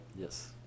Yes